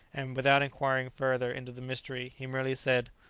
and, without inquiring farther into the mystery, he merely said,